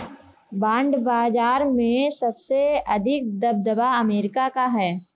bond बाजार में सबसे अधिक दबदबा अमेरिका का है